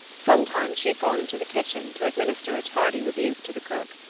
sometimes she had gone into the kitchen to administer a tardy rebuke to the cook.